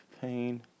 pain